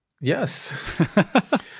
Yes